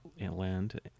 land